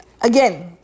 again